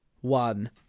one